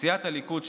סיעת הליכוד,